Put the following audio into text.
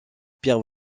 pierre